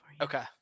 Okay